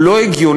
הוא לא הגיוני,